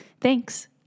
Thanks